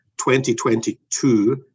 2022